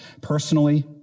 Personally